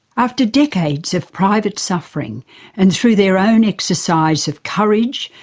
after decades of private suffering and through their own exercise of courage,